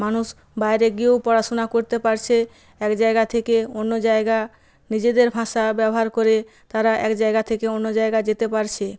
মানুষ বাইরে গিয়েও পড়াশোনা করতে পারছে এক জায়গা থেকে অন্য জায়গা নিজেদের ভাষা ব্যবহার করে তারা এক জায়গা থেকে অন্য জায়গা যেতে পারছে